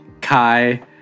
Kai